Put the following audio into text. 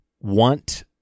want